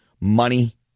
money